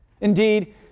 Indeed